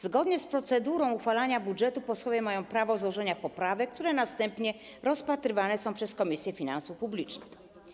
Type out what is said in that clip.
Zgodnie z procedurą uchwalania budżetu posłowie mają prawo do złożenia poprawek, które następnie są rozpatrywane przez Komisję Finansów Publicznych.